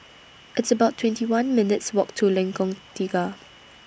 It's about twenty one minutes' Walk to Lengkong Tiga